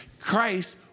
Christ